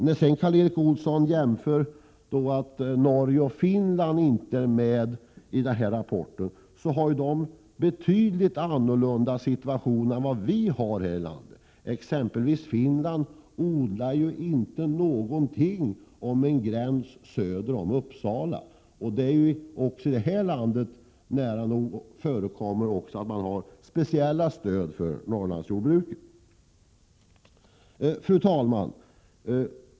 När Karl Erik Olsson säger att Norge och Finland inte finns redovisade i rapporten, måste vi tänka på att de har en helt annan situation än vi. Exempelvis kan Finland inte odla längre söderut än en linje söder om Uppsala. I det här landet ger vi särskilt stöd till Norrlandsjordbruket. Fru talman!